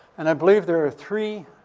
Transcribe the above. and i believe there are three,